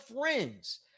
friends